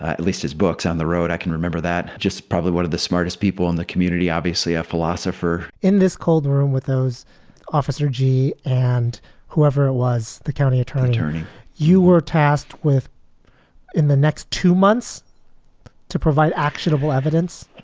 at least his books on the road. i can remember that just probably one of the smartest people in the community, obviously a philosopher in this cold room with those officers gee, and whoever it was, the county attorney attorney you were tasked with in the next two months to provide actionable evidence,